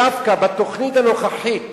דווקא בתוכנית הנוכחית